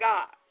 God